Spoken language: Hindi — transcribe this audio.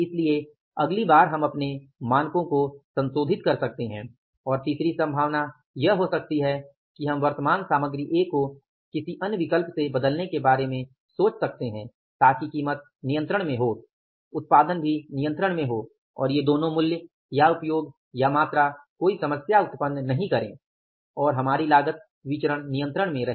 इसलिए अगली बार हम अपने मानकों को संशोधित कर सकते हैं या तीसरी संभावना यह हो सकती है कि हम वर्तमान सामग्री ए को किसी अन्य विकल्प से बदलने के बारे में सोच सकते हैं ताकि कीमत नियंत्रण में हो उत्पादन भी नियंत्रण में हो और ये दोनों मूल्य या उपयोग या मात्रा कोई समस्या उत्पन्न नहीं करें है और हमारी लागत विचरण नियंत्रण में रहे